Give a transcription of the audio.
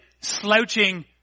slouching